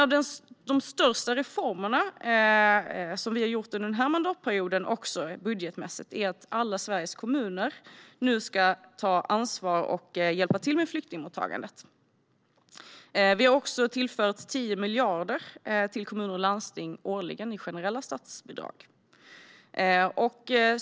En av de största reformer som vi har gjort under denna mandatperiod, också budgetmässigt, är att alla Sveriges kommuner nu ska ta ansvar och hjälpa till med flyktingmottagandet. Vi har tillfört 10 miljarder till kommuner och landsting årligen i generella statsbidrag.